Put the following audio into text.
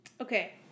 okay